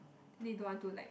then he don't want to like